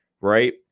right